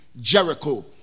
Jericho